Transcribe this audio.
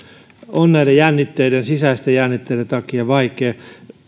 on näiden sisäisten jännitteiden takia vaikea